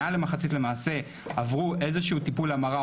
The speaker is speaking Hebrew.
מעל למחצית למעשה עברו איזה שהוא טיפול המרה,